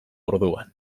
orduan